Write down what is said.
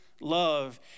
love